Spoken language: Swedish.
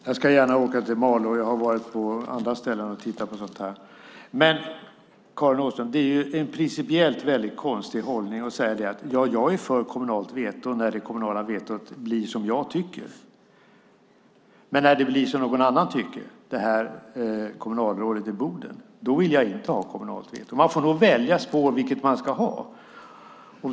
Fru talman! Jag ska gärna åka till Malå, jag har varit på andra ställen och tittat på sådant här. Det är en principiellt konstig hållning, Karin Åström, att säga: Jag är för kommunalt veto när det kommunala vetot blir som jag tycker. Men när det blir som någon annan tycker, som kommunalrådet i Boden, då vill jag inte ha kommunalt veto. Man får välja vilket spår man ska ha.